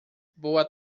boa